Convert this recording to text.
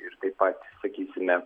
ir taip pat sakysime